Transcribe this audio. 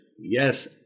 yes